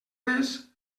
res